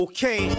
Okay